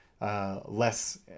less